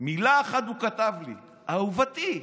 מילה אחת הוא כתב לי: אהובתי.